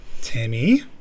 Timmy